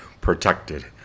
protected